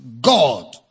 God